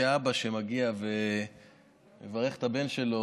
כאבא שמגיע ומברך את הבן שלו,